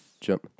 jump